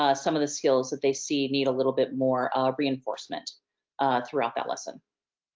ah some of the skills that they see need a little bit more reinforcement throughout that lesson.